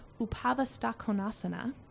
Upavastakonasana